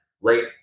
late